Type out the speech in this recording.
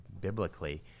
biblically